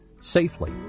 safely